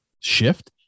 shift